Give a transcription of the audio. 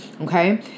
okay